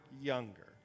younger